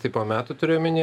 tai po metų turi omeny